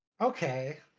Okay